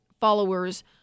followers